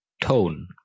Tone